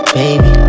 baby